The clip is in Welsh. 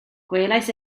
gwelais